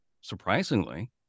surprisingly